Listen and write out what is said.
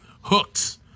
hooks